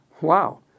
wow